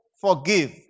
forgive